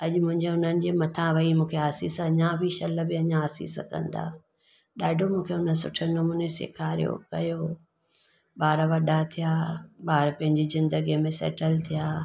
अॼु मुंहिंजा उन्हनि जे मथां वेई मूंखे आसीस अञा बि शल बि अञा आसीस कंदा ॾाढो मूंखे हुन सुठे नमूने सेखारियो कयो ॿार वॾा थया ॿार पंहिंजी ज़िंदगीअ में सेटल थिया